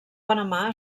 panamà